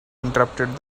interrupted